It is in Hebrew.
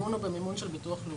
והמימון הוא במימון של ביטוח לאומי.